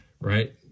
right